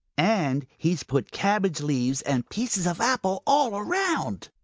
and he's put cabbage leaves and pieces of apple all around,